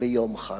ביום חג.